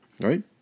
right